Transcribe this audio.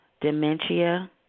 dementia